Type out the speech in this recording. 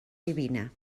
divina